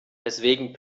deswegen